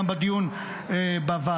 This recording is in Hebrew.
גם בדיון בוועדה.